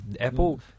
apple